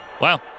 Wow